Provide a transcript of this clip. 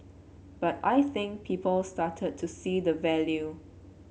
but I think people started to see the value